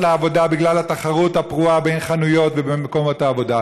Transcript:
לעבודה בגלל התחרות הפרועה בין חנויות ובין מקומות העבודה,